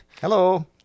Hello